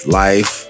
life